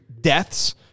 deaths